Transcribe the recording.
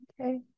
Okay